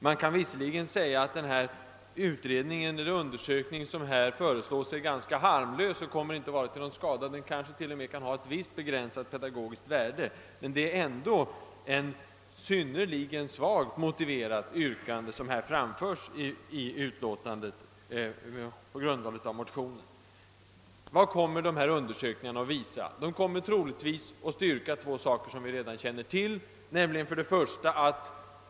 Man kan visserligen säga att den undersökning som föreslås är ganska harmlös och att den inte kommer att vara till någon skada — den kanske t.o.m. kan ha ett visst begränsat pedagogiskt värde — men det yrkande som här framföres med motionen som grundval är ändå synnerligen svagt motiverat. Vad kommer dessa undersökningar att visa? Troligen kommer de att styrka två förhållanden som vi redan känner till.